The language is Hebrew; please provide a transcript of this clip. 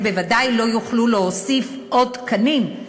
הם בוודאי לא יוכלו להוסיף תקנים,